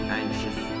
anxious